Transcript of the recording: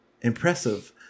Impressive